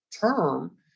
term